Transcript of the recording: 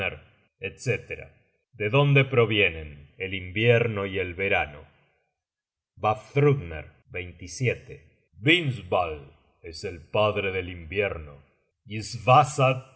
vafthrudner etc de dónde provienen el invierno y el verano vafthrudner vindsval es el padre del invierno y svasad el